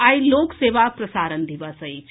आइ लोक सेवा प्रसारण दिवस अछि